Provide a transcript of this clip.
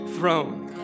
throne